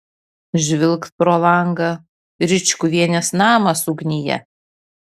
žvilgt pro langą ričkuvienės namas ugnyje